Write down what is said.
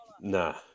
Nah